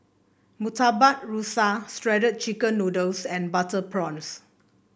Murtabak Rusa Shredded Chicken Noodles and Butter Prawns